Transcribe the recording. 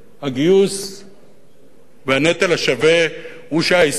הגיוס והנטל השווה זה שעה היסטורית?